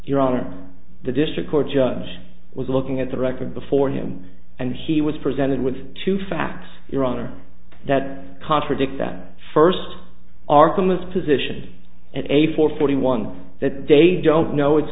your honor the district court judge was looking at the record before him and he was presented with two facts your honor that contradict that first arguments position at a four forty one that they don't know it's